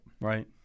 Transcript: Right